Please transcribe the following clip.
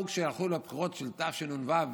כשהלכו לבחירות של תשנ"ו,